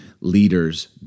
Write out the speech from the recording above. leaders